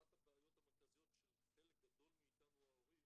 אחת הבעיות המרכזיות של חלק גדול מאיתנו ההורים,